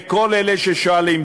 לכל אלה ששואלים,